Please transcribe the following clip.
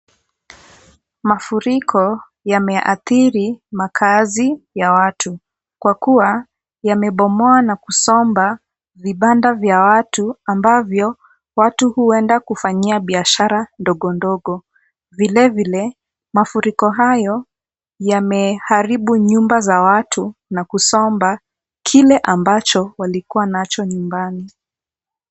Mafuriko yamehadhiri makaazi ya watu kwa kuwa yamebomoa na kusomba vibanda vya watu ambavyo watu huenda kufanyia biashara ndogondogo. Vilevile, mafuriko hayo yameharibu nyumba za watu na kusomba kile ambacho walikuwa nacho nyumbani.